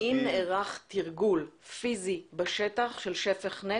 זה שתוכננה הפעלת לפיד ביום שלישי לא הופך את זאת